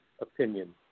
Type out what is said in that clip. opinion